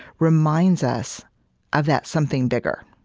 reminds us of that something bigger